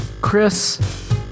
Chris